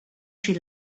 she